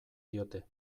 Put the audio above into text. diote